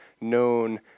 known